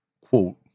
Quote